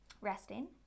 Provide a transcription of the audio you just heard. resting